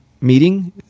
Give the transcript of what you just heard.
meeting